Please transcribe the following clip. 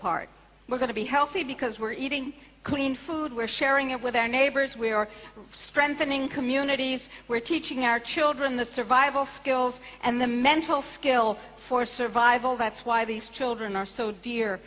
part we're going to be healthy because we're eating clean food we're sharing it with our neighbors we are strengthening communities we're teaching our children the survival skills and the mental skills for survival that's why these children are so dear